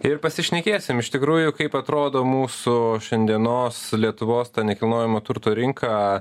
ir pasišnekėsim iš tikrųjų kaip atrodo mūsų šiandienos lietuvos nekilnojamo turto rinka